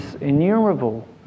innumerable